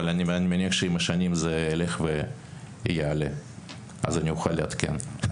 אבל אני מניח שעם השנים זה יילך ויעלה אז אוכל לעדכן.